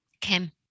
Kim